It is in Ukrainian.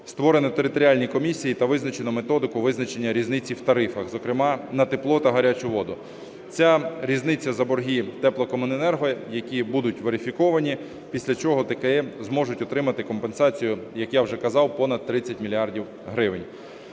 створено територіальні комісії та визначено методику визначення різниці в тарифах, зокрема на тепло та гарячу воду. Ця різниця за борги теплокомуненерго, які будуть верифіковані, після чого ТКМ зможуть отримати компенсацію, як я вже казав, понад 30 мільярдів